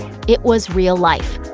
it was real life.